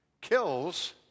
kills